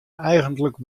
eigentlik